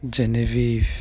ꯖꯦꯅꯦꯕꯤ